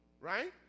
right